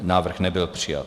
Návrh nebyl přijat.